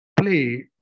play